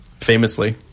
Famously